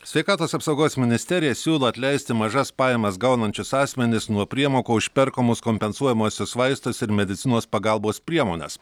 sveikatos apsaugos ministerija siūlo atleisti mažas pajamas gaunančius asmenis nuo priemokų už perkamus kompensuojamuosius vaistus ir medicinos pagalbos priemones